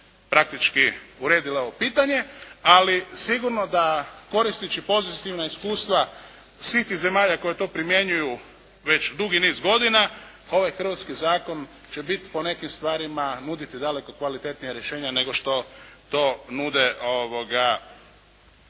praktički, uredile ovo pitanje. Ali, sigurno da koristeći pozitivna iskustva svih tih zemalja koje to primjenjuju već dugi niz godina, ovaj hrvatski zakon će biti po nekim stvarima, nuditi daleko kvalitetnija rješenja, nego što to nude ostale